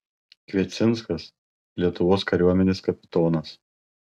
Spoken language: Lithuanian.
kviecinskas lietuvos kariuomenės kapitonas